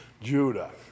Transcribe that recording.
Judah